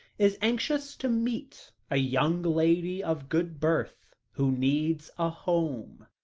is anxious to meet a young lady of good birth, who needs a home.